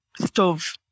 stove